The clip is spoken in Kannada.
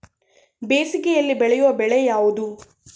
ಬೇಸಿಗೆಯಲ್ಲಿ ಬೆಳೆಯುವ ಬೆಳೆ ಯಾವುದು?